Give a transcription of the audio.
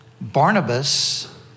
Barnabas